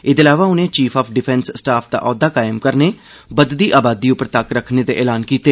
एह्दे अलावा उनें चीफ आफ डिफेंस स्टाफ दा औह्द्वा कायम करने बघदी आबादी उप्पर तक्क रक्खने दे ऐलान कीते